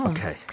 Okay